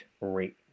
rate